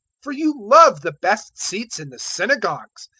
for you love the best seats in the synagogues,